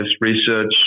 research